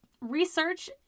research